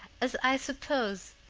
as i suppose,